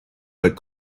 but